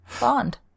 bond